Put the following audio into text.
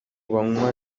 banywa